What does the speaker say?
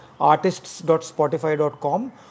artists.spotify.com